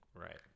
Right